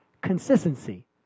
consistency